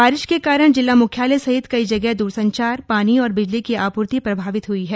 बारिश के कारण जिला मुख्यालय सहित कई जगह दूरसंचार पानी और बिजली की आपूर्ति प्रभावित हई है